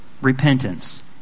repentance